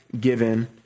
given